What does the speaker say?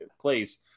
place